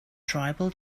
tribal